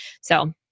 So-